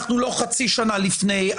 אנחנו לא חצי שנה לפני,